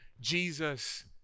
Jesus